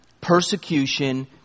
persecution